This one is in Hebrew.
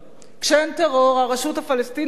כשאין טרור הרשות הפלסטינית נראית